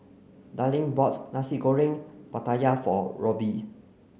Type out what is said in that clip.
Darleen bought Nasi Goreng Pattaya for Robby